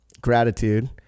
gratitude